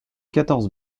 quatorze